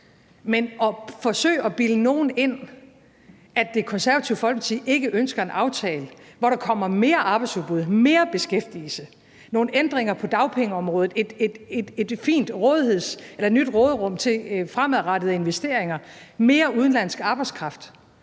kan da ikke bilde nogen ind, at Det Konservative Folkeparti ikke ønsker en aftale, hvor der kommer et øget arbejdsudbud, mere beskæftigelse, nogle ændringer på dagpengeområdet, et nyt råderum til fremadrettede investeringer, mere udenlandsk arbejdskraft,